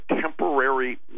temporary